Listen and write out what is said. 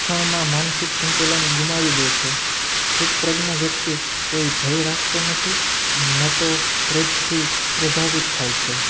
ક્ષણમાં માનસિક સંતુલન ગુમાવી દે છે સ્થિતપ્રજ્ઞ વ્યક્તિ કોઈ ભય રાખતો નથી અને ન તો ક્રોધથી પ્રભાવિત થાય છે